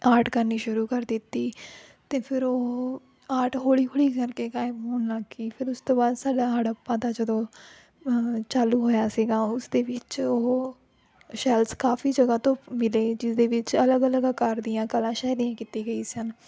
art ਕਰਨੀ ਸ਼ੁਰੂ ਕਰ ਦਿੱਤੀ ਅਤੇ ਫਿਰ ਉਹ ਆਰਟ ਹੌਲੀ ਹੌਲੀ ਕਰਕੇ ਗਾਇਬ ਹੋਣ ਲੱਗ ਗਈ ਫਿਰ ਉਸ ਤੋਂ ਬਾਅਦ ਸਾਡਾ ਹੜੱਪਾ ਦਾ ਜਦੋਂ ਚਾਲੂ ਹੋਇਆ ਸੀਗਾ ਉਸ ਦੇ ਵਿੱਚ ਉਹ ਸ਼ੈਲਸ ਕਾਫੀ ਜਗ੍ਹਾ ਤੋਂ ਮਿਲੇ ਜਿਸ ਦੇ ਵਿੱਚ ਅਲੱਗ ਅਲੱਗ ਆਕਾਰ ਦੀਆਂ ਕਲਾ ਸ਼ੈਲੀਆਂ ਕੀਤੀ ਗਈ ਸਨ